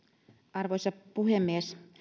arvoisa puhemies